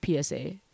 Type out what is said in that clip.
PSA